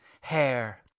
hair